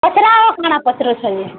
ପଚରା କ'ଣ ପଚାରୁଛ ଯେ